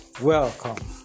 welcome